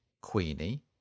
Queenie